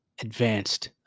advanced